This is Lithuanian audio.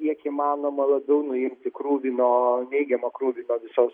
kiek įmanoma labiau nuimti krūvį nuo neigiamą krūvį nuo visos